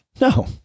No